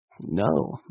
No